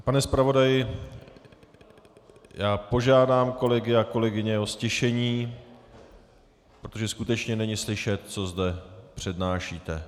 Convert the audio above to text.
Pane zpravodaji, já požádám kolegy a kolegyně o ztišení, protože skutečně není slyšet, co zde přednášíte.